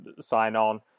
sign-on